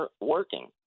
working